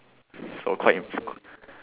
so quite